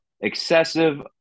excessive